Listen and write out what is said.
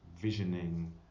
visioning